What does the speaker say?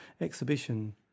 exhibition